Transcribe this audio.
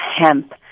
hemp